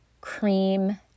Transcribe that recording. cream